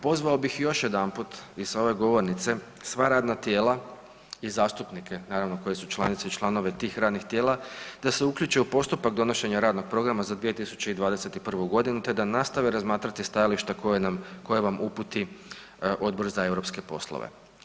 Pozvao bih još jedanput i sa ove govornice sva radna tijela i zastupnike naravno koji su članice i članovi tih radnih tijela da se uključe u postupak donošenja radnog programa za 2021. godinu te da nastave razmatrati stajališta koja vam uputi Odbor za europske poslove.